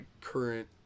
current